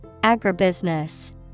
Agribusiness